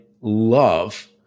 love